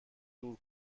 دور